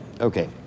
okay